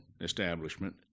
establishment